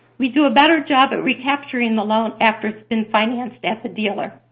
we do a better job at recapturing the loan after it's been financed at the dealer.